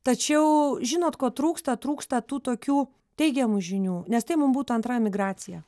tačiau žinot ko trūksta trūksta tų tokių teigiamų žinių nes tai mum būtų antra emigracija